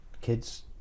kids